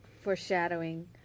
foreshadowing